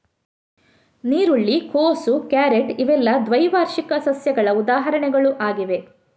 ನೀರುಳ್ಳಿ, ಕೋಸು, ಕ್ಯಾರೆಟ್ ಇವೆಲ್ಲ ದ್ವೈವಾರ್ಷಿಕ ಸಸ್ಯಗಳ ಉದಾಹರಣೆಗಳು ಆಗಿವೆ